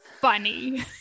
funny